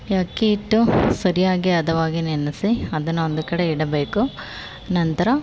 ಈ ಅಕ್ಕಿ ಹಿಟ್ಟು ಸರಿಯಾಗಿ ಹದವಾಗಿ ನೆನೆಸಿ ಅದನ್ನು ಒಂದು ಕಡೆ ಇಡಬೇಕು ನಂತರ